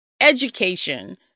education